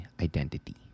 identity